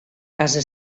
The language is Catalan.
casa